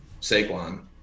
saquon